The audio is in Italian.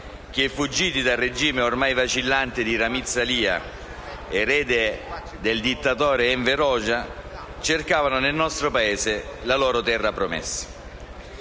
che, fuggiti dal regime ormai vacillante di Ramiz Alia (erede del dittatore Enver Hoxha), cercavano nel nostro Paese la loro terra promessa.